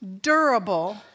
durable